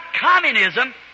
communism